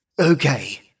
Okay